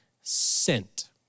sent